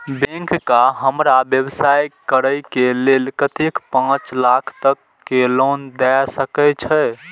Bank का हमरा व्यवसाय करें के लेल कतेक पाँच लाख तक के लोन दाय सके छे?